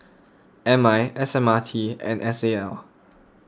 M I S M R T and S A L